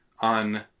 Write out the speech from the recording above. on